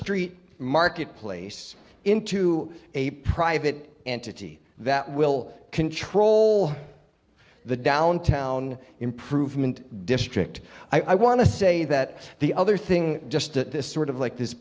street marketplace into a private entity that will control the downtown improvement district i want to say that the other thing just to sort of like this